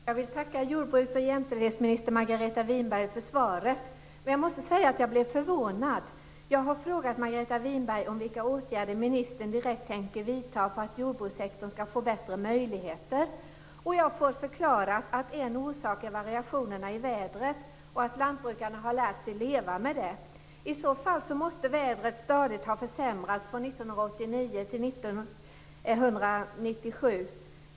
Fru talman! Jag vill tacka jordbruks och jämställdhetsminister Margareta Winberg för svaret. Men jag måste säga att jag blev förvånad. Jag har frågat Margareta Winberg vilka åtgärder ministern direkt tänker vidta för att jordbrukssektorn skall få bättre möjligheter. Jag får förklarat att en orsak är variationerna i vädret och att lantbrukarna har lärt sig leva med det. I så fall måste vädret stadigt ha försämrats från 1989 till 1997.